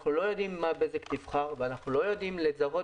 אנחנו לא יודעים מה בזק תבחר ולא יודעים לזהות